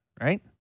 right